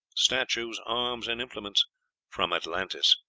statues, arms, and implements from atlantis,